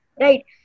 right